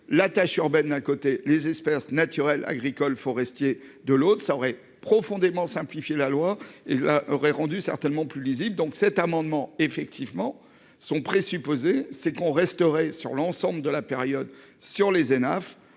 la tache urbaine d'un côté les espèces naturelles agricoles, forestiers, de l'autre ça aurait profondément simplifier la loi et la aurait rendu certainement plus lisible, donc cet amendement effectivement son présupposé, c'est qu'on resterait sur l'ensemble de la période sur les